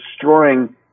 destroying